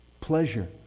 pleasure